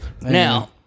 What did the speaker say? Now